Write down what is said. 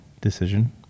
decision